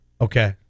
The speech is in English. Okay